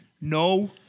No